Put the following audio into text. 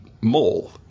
mole